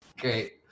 Great